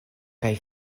kaj